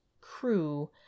crew